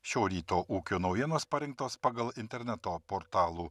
šio ryto ūkio naujienos parengtos pagal interneto portalų